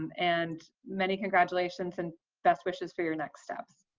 and many congratulations and best wishes for your next steps.